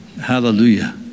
Hallelujah